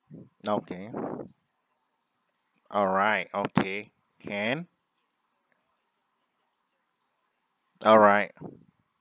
okay alright okay can alright